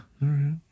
right